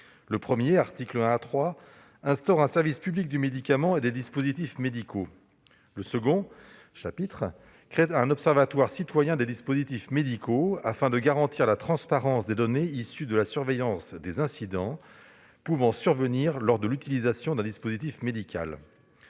1 à l'article 3, crée un service public du médicament et des dispositifs médicaux. Le second chapitre crée un observatoire citoyen des dispositifs médicaux, afin de garantir la transparence des données issues de la surveillance des incidents pouvant survenir lors de l'utilisation d'un dispositif médical.